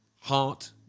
heart